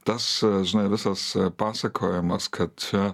tas žinai visas pasakojimas kad čia